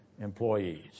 employees